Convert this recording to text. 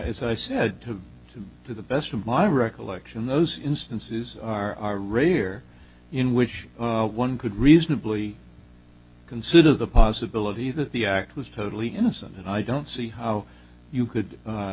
as i said to the best of my recollection those instances are rare in which one could reasonably consider the possibility that the act was totally innocent and i don't see how you could